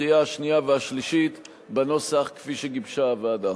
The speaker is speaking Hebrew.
בקריאה השנייה והשלישית בנוסח שגיבשה הוועדה.